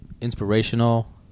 inspirational